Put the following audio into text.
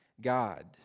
God